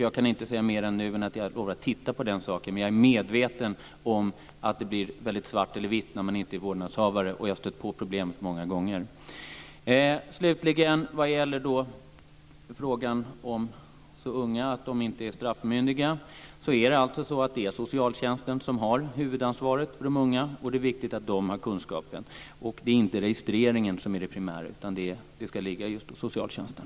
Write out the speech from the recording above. Jag kan inte säga mer nu än att jag lovar att titta på den saken, men jag är medveten om att det blir antingen svart eller vitt när man inte är vårdnadshavare. Jag har stött på problemet många gånger. Slutligen vill jag vad gäller frågan om att så unga inte är straffmyndiga säga att det är socialtjänsten som har huvudansvaret för de unga. Det är viktigt att den har kunskapen. Det är inte registreringen som är det primära, utan det ska ligga just på socialtjänsten.